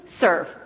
serve